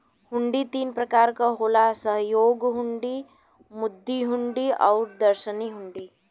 हुंडी तीन प्रकार क होला सहयोग हुंडी, मुद्दती हुंडी आउर दर्शनी हुंडी